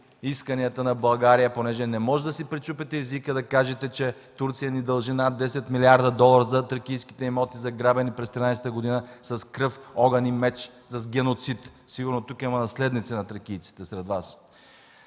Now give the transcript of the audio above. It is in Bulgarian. исканията на България, понеже не можете да си пречупите езика да кажете, че Турция ни дължи над 10 млрд. долара за тракийските имоти, заграбени през 1913 г. с кръв, огън и меч, с геноцид! Сигурно тук, сред Вас, има наследници на тракийците.